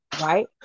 right